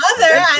mother